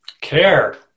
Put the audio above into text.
Care